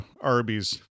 Arby's